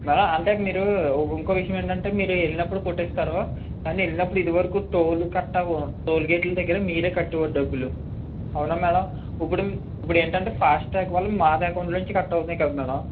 అంటే మీరు ఇంకో విషయం ఏంటి అంటే మీరు వెళ్లినప్పుడు కొట్టిస్తారు కాని వెళ్లినప్పుడు ఇది వరకు టోల్ కట్ టోల్ గేట్ ల దగ్గర మీరే కట్టేవాళ్లు డబ్బులు అవునా మ్యాడం ఇప్పుడు ఏంటి అంటే ఫాస్ట్ టాగ్ వల్ల మాదాంట్లో నుంచి కట్ అవుతున్నాయి కదా మ్యాడం